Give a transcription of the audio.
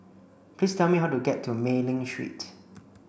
please tell me how to get to Mei Ling Street